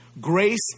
Grace